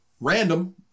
Random